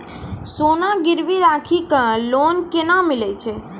सोना गिरवी राखी कऽ लोन केना मिलै छै?